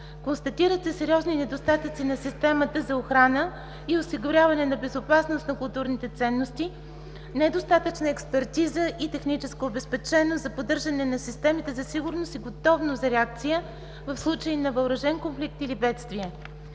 Констатират се сериозни недостатъци на системата за охрана и осигуряване на безопасност на културните ценности, недостатъчна експертна и техническа обезпеченост за поддържане на системите за сигурност и готовност за реакция в случай на въоръжен конфликт или бедствие.